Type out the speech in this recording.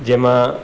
જેમાં